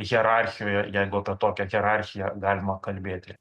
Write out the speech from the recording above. hierarchijoje jeigu apie tokią hierarchiją galima kalbėti